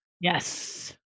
Yes